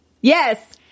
Yes